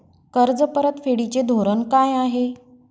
कर्ज परतफेडीचे धोरण काय आहे?